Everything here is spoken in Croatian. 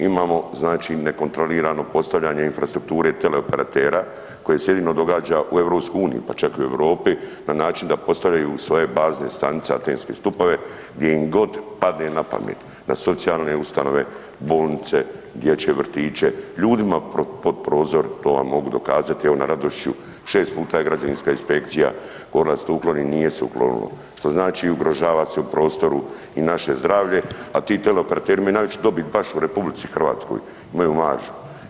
Imamo znači nekontrolirano postavljanje infrastrukture teleoperatera koji se jedino događa u EU pa čak i u Europi na način da postavljaju svoje bazne stanice na antenske stupove, gdje im god padne na pamet, na socijalne ustanove, bolnice, dječje vrtiće, ljudima pod prozor, to vam mogu dokazati, evo na Radošiću, 6 puta je građevinska inspekcija ... nije se uklonilo, što znači ugrožava se u prostoru i naše zdravlje a ti teleoperateri imaju najveću dobit baš u RH, imaju maržu.